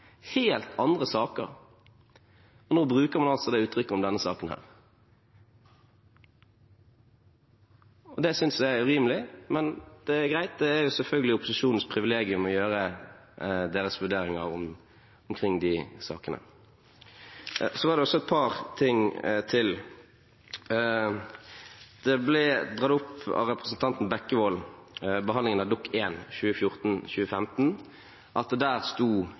helt andre saker, og nå bruker man altså det uttrykket om denne saken. Det synes jeg er urimelig. Men det er greit, det er selvfølgelig opposisjonens privilegium å gjøre sine vurderinger omkring disse sakene. Så var det også et par ting til. Det ble dratt opp av representanten Bekkevold om behandlingen av Dokument 1 for 2014–2015 at det i komiteens merknader sto